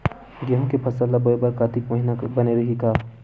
गेहूं के फसल ल बोय बर कातिक महिना बने रहि का?